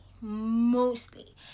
mostly